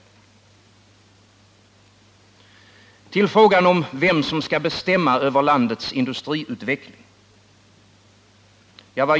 Så till frågan om vem som skall bestämma över landets industriutveckling.